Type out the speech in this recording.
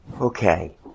Okay